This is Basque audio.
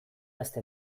aste